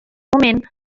moment